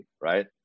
right